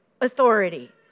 authority